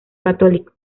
católico